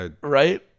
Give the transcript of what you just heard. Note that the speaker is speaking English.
Right